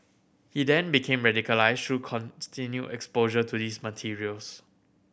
he then became radicalised through continued exposure to these materials